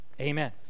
Amen